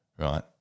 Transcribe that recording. right